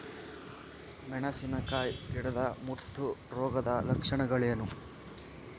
ಮೆಣಸಿನಕಾಯಿ ಗಿಡದ ಮುಟ್ಟು ರೋಗದ ಲಕ್ಷಣಗಳೇನು?